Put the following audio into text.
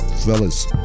Fellas